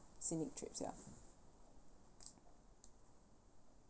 scenic trips ya